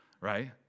Right